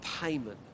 payment